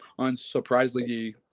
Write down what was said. unsurprisingly